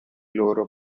loro